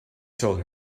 told